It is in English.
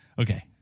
okay